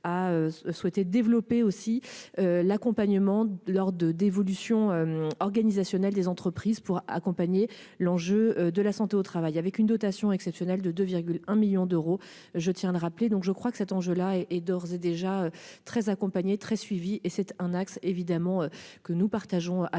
a souhaité développer aussi l'accompagnement lors de d'évolutions organisationnelles des entreprises pour accompagner l'enjeu de la santé au travail avec une dotation exceptionnelle de 2 1 millions d'euros, je tiens à le rappeler, donc je crois que cet enjeu-là et est d'ores et déjà 13 accompagné très suivie et c'est un axe évidemment que nous partageons avec vous